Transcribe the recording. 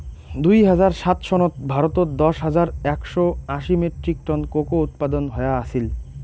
দুই হাজার সাত সনত ভারতত দশ হাজার একশও আশি মেট্রিক টন কোকো উৎপাদন হয়া আছিল